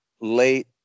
late